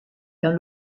dans